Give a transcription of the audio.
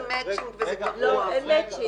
אין מצ'ינג,